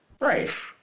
Right